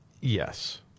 Yes